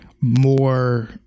more